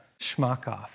Shmakov